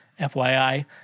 FYI